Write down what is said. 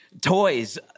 toys